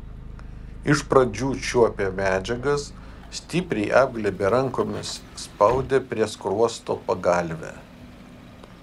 iš pradžių čiuopė medžiagas stipriai apglėbęs rankomis spaudė prie skruosto pagalvę